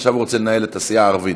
עכשיו הוא רוצה לנהל את הסיעה הערבית,